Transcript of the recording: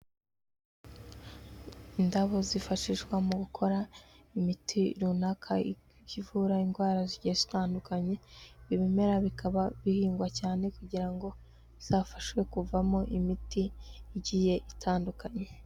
Indabo zifashishwa mu gukora imiti runaka ivura indwara zigiye zitandukanye, ibimera bikaba bihingwa cyane kugira ngo bizafashe kuvamo imiti igiye itandukanye.